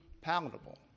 palatable